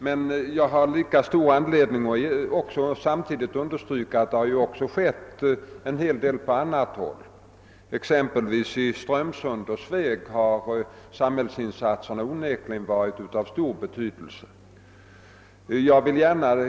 Men jag har lika stor anledning att understryka ati det har skett en hel del även på andra håll, exempelvis i Strömsund och Sveg, där samhällsinsatserna onekligen har varit av betydande värde.